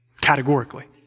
Categorically